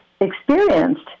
experienced